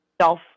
self –